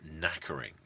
knackering